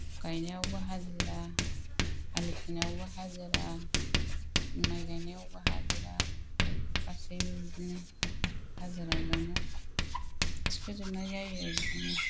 गायनायावबो हाजिरा आलि खोनायावबो हाजिरा माइ गायनायावबो हाजिरा गासैबो बिदिनो हाजिराजोंनो थिखोजोबनाय जायो बिदिनो